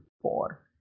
four